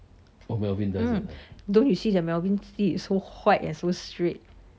mm don't you see that melvin's teeth is so white and so straight